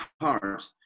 heart